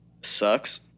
sucks